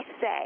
say